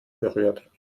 berührt